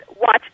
watch